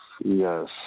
Yes